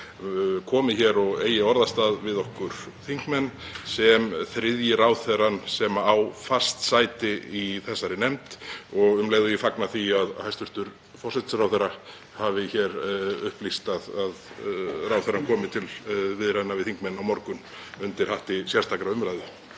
komi hér og eigi orðastað við okkur þingmenn sem þriðji ráðherrann sem á fast sæti í þessari nefnd. Um leið fagna ég því að hæstv. forsætisráðherra hafi upplýst að ráðherra komi til viðræðna við þingmenn á morgun undir hatti sérstakrar umræðu.